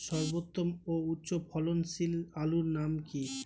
সর্বোত্তম ও উচ্চ ফলনশীল আলুর নাম কি?